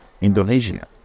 Indonesia